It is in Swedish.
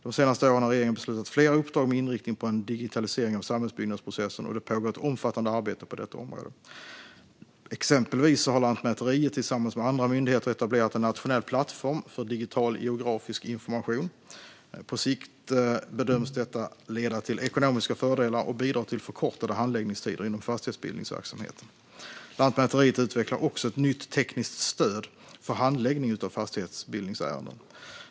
De senaste åren har regeringen beslutat om flera uppdrag med inriktning på en digitalisering av samhällsbyggnadsprocessen, och det pågår ett omfattande arbete på detta område. Exempelvis har Lantmäteriet tillsammans med andra myndigheter etablerat en nationell plattform för digital geografisk information. På sikt bedöms detta leda till ekonomiska fördelar och bidra till förkortade handläggningstider inom fastighetsbildningsverksamheten. Lantmäteriet utvecklar också ett nytt tekniskt stöd för handläggning av fastighetsbildningsärenden.